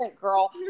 girl